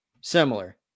Similar